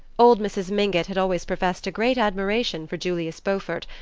old mrs. mingott had always professed a great admiration for julius beaufort,